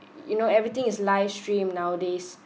you know everything is live stream nowadays